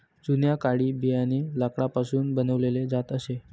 जुन्या काळी बियाणे लाकडापासून बनवले जात असे